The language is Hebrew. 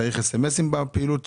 צריך אס.אמ.אסים בפעולה?